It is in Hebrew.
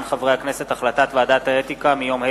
החלטת ועדת האתיקה מיום ה'